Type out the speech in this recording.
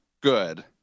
good